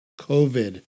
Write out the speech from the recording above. COVID